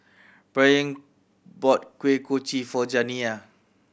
Bryon bought Kuih Kochi for Janiya